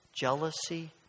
jealousy